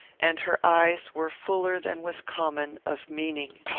and her eyes were fuller than was common, of meaning.